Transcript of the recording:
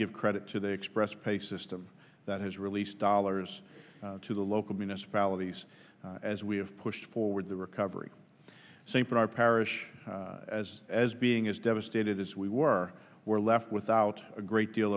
give credit to the press pay system that has released dollars to the local municipalities as we have pushed forward the recovery st bernard parish as as being as devastated as we were were left without a great deal